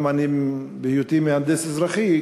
גם בהיותי מהנדס אזרחי,